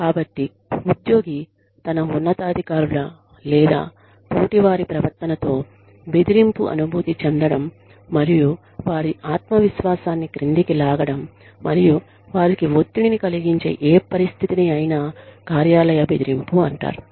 కాబట్టి ఉద్యోగి తన ఉన్నతాధికారుల లేదా తోటివారి ప్రవర్తనతో బెదిరింపు అనుభూతి చెందడం మరియు వారి ఆత్మవిశ్వాసాన్ని క్రిందికి లాగడం మరియు వారికి ఒత్తిడిని కలిగించే ఏ పరిస్థితిని ఐనా కార్యాలయ బెదిరింపు అంటారు